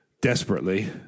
desperately